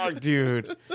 Dude